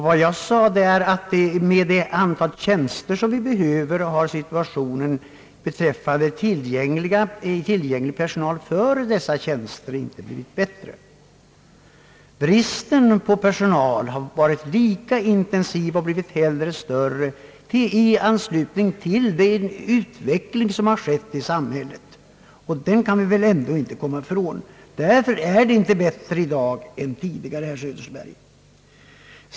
Vad jag sade var även att, med det aktuella antal tjänster vi behöver, situationen beträffande tillgänglig personal för dessa tjänster inte blivit bättre. Bristen på personal är lika stor, har snarare blivit större i anslutning till den utveckling som har ägt rum i samhället. Det kan vi inte bortse ifrån. Därför är det inte bättre i dag än tidigare, herr Söderberg.